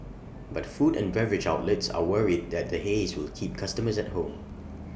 but food and beverage outlets are worried that the haze will keep customers at home